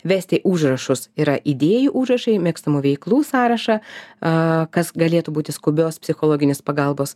vesti užrašus yra idėjų užrašai mėgstamų veiklų sąrašą kas galėtų būti skubios psichologinės pagalbos